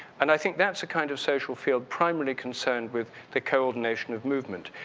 and i think that's the kind of social field primarily concerned with the coordination of movement.